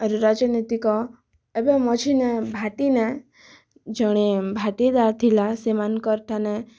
ଆରୁ ରାଜନୈତିକ ଏବଂ ମଝି ନ୍ୟାୟ ଭାଟିନା ଜଣେ ଭାଟିଦାର୍ ଥିଲା ସେମାନଙ୍କର ଠାନେ